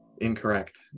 incorrect